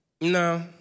no